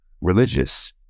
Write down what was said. religious